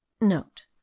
Note